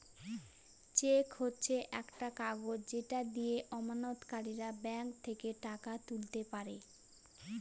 check হচ্ছে একটা কাগজ যেটা দিয়ে আমানতকারীরা ব্যাঙ্ক থেকে টাকা তুলতে পারে